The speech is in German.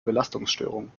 belastungsstörungen